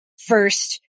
first